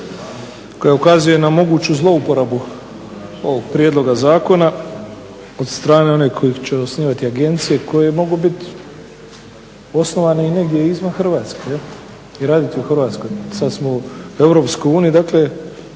koja ukazuje na moguću zlouporabu ovog prijedloga zakona od strane onih koji će osnivati agencije koje mogu biti osnovane i negdje izvan Hrvatske i raditi u Hrvatskoj. Sada smo u EU dakle